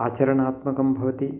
आचरणात्मकं भवति